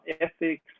ethics